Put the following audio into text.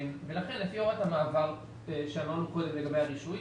ולכן לפי הוראת המעבר שאמרנו קודם לגבי הרישוי,